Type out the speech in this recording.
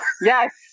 yes